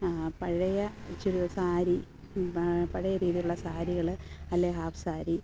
പഴയ സാരി പഴയ രീതിയിലുള്ള സാരികൾ അല്ലെങ്കിൽ ഹാഫ് സാരി